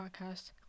podcast